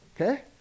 okay